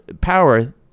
power